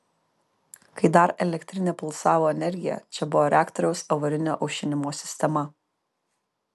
kai dar elektrinė pulsavo energija čia buvo reaktoriaus avarinio aušinimo sistema